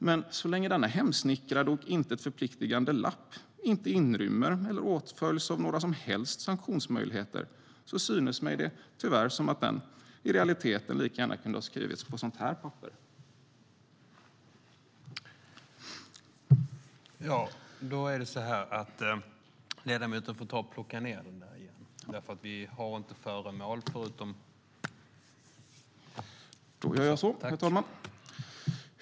Men så länge denna hemsnickrade och intet förpliktande lapp inte inrymmer eller åtföljs av några som helst sanktionsmöjligheter synes det mig tyvärr som att den i realiteten lika gärna kan ha skrivits på sådant toalettpapper som jag nu ställer på bordet. Då gör jag så, herr talman.